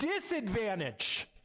disadvantage